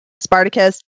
Spartacus